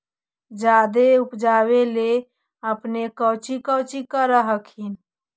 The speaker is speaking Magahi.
जादे उपजाबे ले अपने कौची कौची कर हखिन?